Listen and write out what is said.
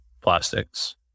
plastics